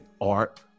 art